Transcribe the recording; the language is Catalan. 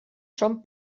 són